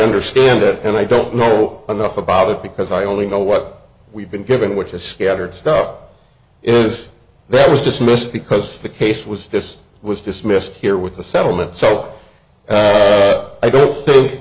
understand it and i don't know enough about it because i only know what we've been given which is scattered stuff it was there was dismissed because the case was just was dismissed here with the settlement so i don't think